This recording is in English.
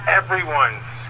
everyone's